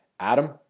Adam